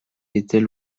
était